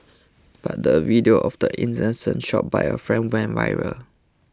but a video of the incident shot by a friend went viral